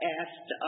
asked